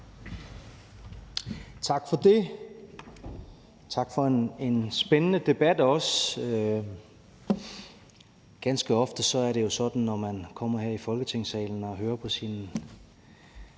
Tak for det, også tak for en spændende debat. Ganske ofte er det jo sådan, når man kommer her i Folketingssalen og hører på sine